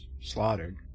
slaughtered